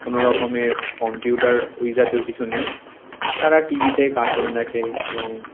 কোনো রকমের কম্পিউটার ওই জাতীয় কিছু নেই তারা টি ভিতে কার্টুন দেখে এবং